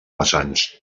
vessants